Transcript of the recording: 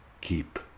Keep